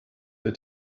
der